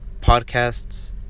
podcasts